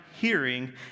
hearing